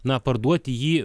na parduoti jį